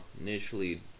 initially